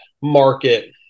market